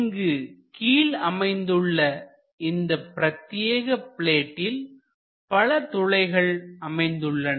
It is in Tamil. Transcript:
இங்கு கீழ் அமைந்துள்ள இந்த பிரத்தியேக பிளேட்டில் பல துளைகள் poresholes அமைந்துள்ளன